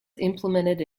implemented